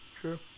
True